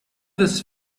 this